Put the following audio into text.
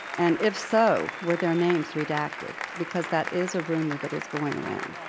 and if so, were their names redacted? because that is a rumor that is going around.